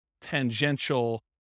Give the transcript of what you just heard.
tangential